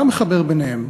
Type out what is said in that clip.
מה מחבר ביניהם?